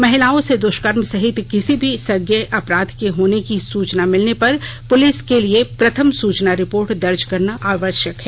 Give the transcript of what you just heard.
महिलाओं से दुष्कर्म सहित किसी भी संज्ञेय अपराध के होने की सूचना मिलने पर पुलिस के लिए प्रथम सूचना रिपोर्ट दर्ज करना आवश्यक है